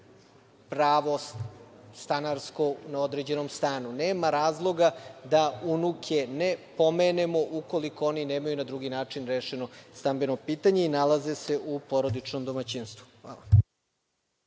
imaju stanarsko pravo na određenom stanu. Nema razloga da unuke ne pomenemo, ukoliko oni nemaju na drugi način rešeno stambeno pitanje i nalaze se u porodičnom domaćinstvu. Hvala.